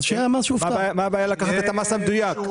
מה הבעיה לקחת את המס המדויק?